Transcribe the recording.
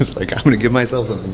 like, i want to give myself a